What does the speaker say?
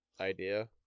idea